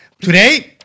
Today